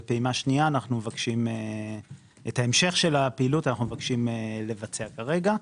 ואת המשך הפעילות אנחנו מבקשים לבצע כרגע.